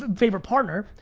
ah favorite partner,